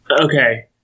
Okay